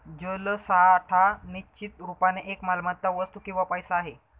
जलसाठा निश्चित रुपाने एक मालमत्ता, वस्तू किंवा पैसा आहे